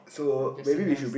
just a nice